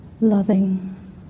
loving